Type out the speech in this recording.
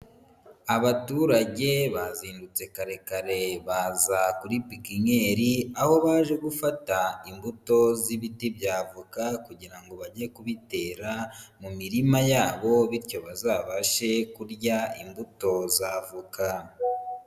Abaturage bazindutse kare kare baza kuri pikinyeri, aho baje gufata imbuto z'ibiti by'avoka kugira ngo bajye kubitera mu mirima yabo bityo bazabashe kurya imbuto z'avoka.